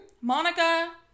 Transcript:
Monica